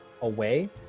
away